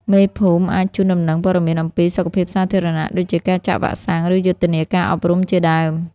មេភូមិអាចជូនដំណឹងព័ត៌មានអំពី សុខភាពសាធារណៈ ដូចជាការចាក់វ៉ាក់សាំង ឬយុទ្ធនាការអប់រំជាដើម។